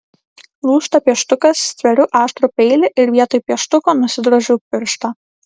lūžta pieštukas stveriu aštrų peilį ir vietoj pieštuko nusidrožiu pirštą